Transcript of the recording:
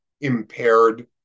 impaired